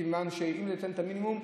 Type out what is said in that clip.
כי אם תיתן את המינימום,